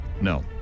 No